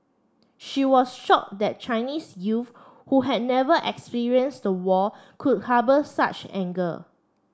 she was shocked that Chinese you who had never experienced the war could harbour such anger